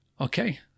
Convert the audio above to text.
Okay